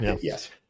yes